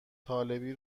طالبی